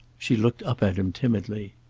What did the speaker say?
she looked up at him timidly.